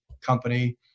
company